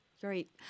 Great